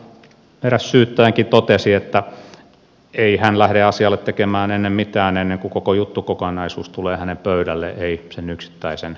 ja eräs syyttäjäkin totesi että ei hän lähde asialle tekemään mitään ennen kuin koko juttukokonaisuus tulee hänen pöydälleen sen yksittäisen nuoren asiassa